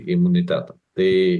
imunitetą tai